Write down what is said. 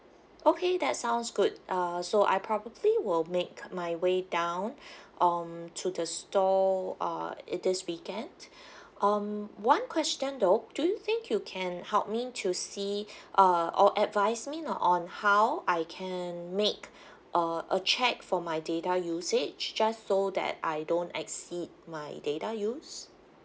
okay that sounds good uh so I probably will make my way down um to the store uh in this weekend um one question though do you think you can help me to see uh or advise me uh on how I can make uh a check for my data usage just so that I don't exceed my data use